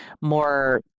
more